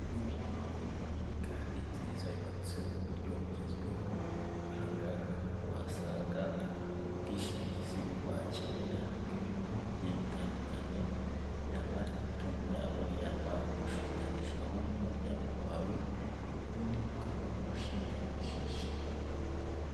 Iyi ni inyubako nini kandi nziza yubatse mu buryo bugezweho, aha ngaha niho wasanga ubwishingizi wakenera bw'ibintu bigiye bitandukanye yaba imitungo yawe yaba ugushinganisha wowe n'umuryango wawe ubundi ukabaho ushinganishije.